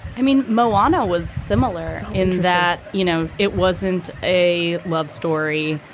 i mean, molano was similar in that, you know, it wasn't a love story.